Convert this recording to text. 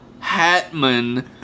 Hatman